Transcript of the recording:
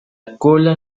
cola